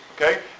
okay